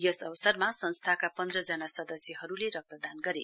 यस अवसरमा संस्थाका पन्ध्रजना सदस्यहरूले रक्तदान गरे